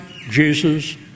Jesus